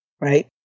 right